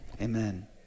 Amen